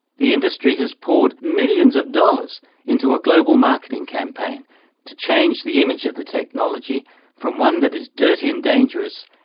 the industry has poured millions of dollars into a global marketing campaign to change the image of the technology from one that is dirty and dangerous,